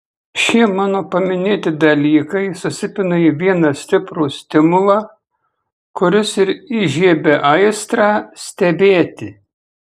šie mano paminėti dalykai susipina į vieną stiprų stimulą kuris ir įžiebia aistrą stebėti